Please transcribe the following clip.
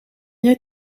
jij